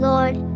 Lord